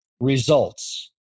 Results